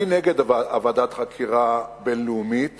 אני נגד ועדת חקירה בין-לאומית